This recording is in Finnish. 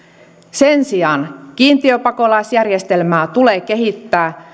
sen sijaan kiintiöpakolaisjärjestelmää tulee kehittää ja